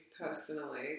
personally